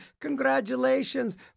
Congratulations